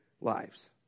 lives